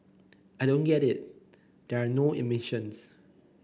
I don't get it there are no emissions